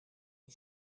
mes